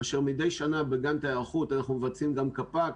כאשר מדי שנה בהיערכות אנחנו מבצעים גם קפ"ק.